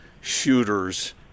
shooters